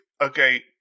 okay